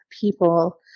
people